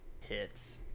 hits